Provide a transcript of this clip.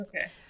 okay